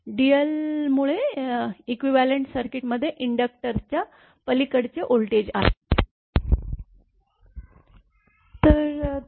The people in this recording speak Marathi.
त्यामुळे इक्विवलेंट सर्किटमध्ये इंडक्टरच्या पलीकडचे व्होल्टेज आहे